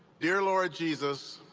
dear lord jesus,